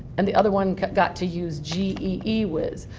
and the other one got got to use g e e whiz.